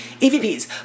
EVPs